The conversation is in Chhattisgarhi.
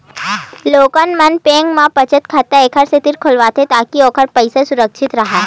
लोगन मन बेंक म बचत खाता ए सेती खोलवाथे ताकि ओखर पइसा सुरक्छित राहय